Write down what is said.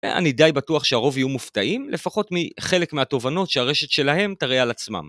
אני די בטוח שהרוב יהיו מופתעים, לפחות מחלק מהתובנות שהרשת שלהם תראה על עצמם.